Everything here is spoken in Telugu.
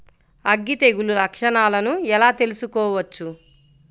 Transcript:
అగ్గి తెగులు లక్షణాలను ఎలా తెలుసుకోవచ్చు?